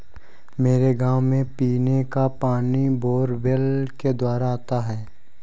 मेरे गांव में पीने का पानी बोरवेल के द्वारा आता है